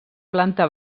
planta